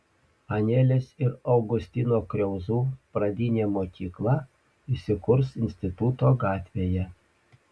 anelės ir augustino kriauzų pradinė mokykla įsikurs instituto gatvėje